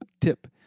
tip